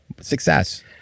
success